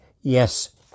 Yes